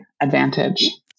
advantage